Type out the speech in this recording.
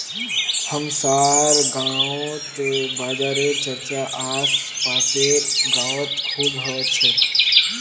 हमसार गांउत बाजारेर चर्चा आस पासेर गाउत खूब ह छेक